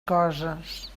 coses